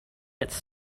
its